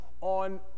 on